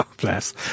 bless